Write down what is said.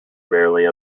rarely